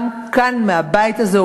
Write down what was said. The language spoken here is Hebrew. גם כאן מהבית הזה,